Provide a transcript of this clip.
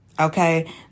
okay